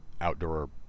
outdoor